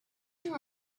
you